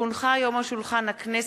כי הונחה היום על שולחן הכנסת,